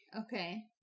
Okay